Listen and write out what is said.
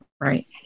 Right